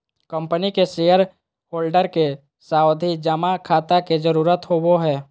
company के shareholder के सावधि जमा खाता के जरूरत होवो हय